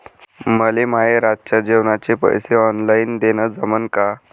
मले माये रातच्या जेवाचे पैसे ऑनलाईन देणं जमन का?